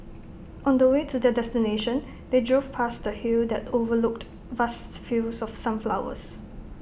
on the way to their destination they drove past A hill that overlooked vast fields of sunflowers